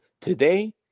Today